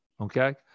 okay